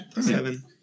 Seven